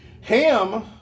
Ham